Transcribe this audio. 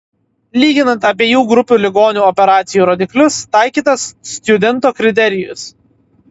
lyginant abiejų grupių ligonių operacijų rodiklius taikytas stjudento kriterijus